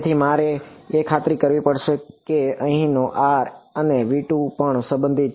તેથી મારે એ ખાતરી કરવી પડશે કે અહીંનો r અને V2 પણ સંબંધિત છે